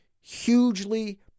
hugely